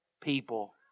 people